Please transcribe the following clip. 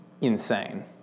insane